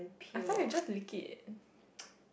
I thought you just lick it